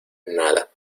nada